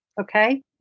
okay